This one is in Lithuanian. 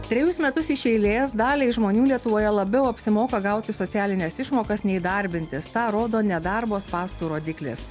trejus metus iš eilės daliai žmonių lietuvoje labiau apsimoka gauti socialines išmokas nei darbintis tą rodo nedarbo spąstų rodiklis